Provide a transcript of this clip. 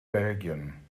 belgien